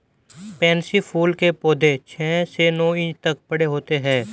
pansy फूल के पौधे छह से नौ इंच तक बड़े होते हैं